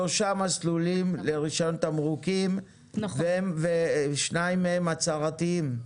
שלושה מסלולים לרישיון תמרוקים ושניים מהם הצהרתיים.